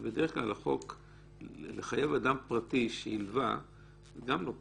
ובדרך כלל לחייב אדם פרטי שהלווה זה גם לא פשוט,